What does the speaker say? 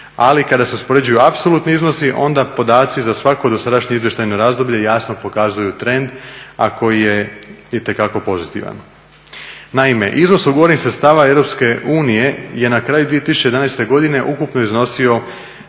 Ali kada se uspoređuju apsolutni iznosi onda podaci za svako dosadašnje izvještajno razdoblje jasno pokazuju trend a koji je itekako pozitivan. Naime, iznos ugovorenih sredstava EU je na kraju 2011. godine ukupno iznosio